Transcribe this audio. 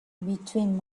between